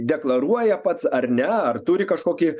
deklaruoja pats ar ne ar turi kažkokį